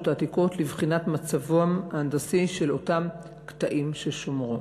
העתיקות לבחינת מצבם ההנדסי של אותם קטעים ששומרו.